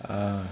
ah